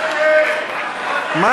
נגד.